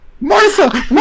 Martha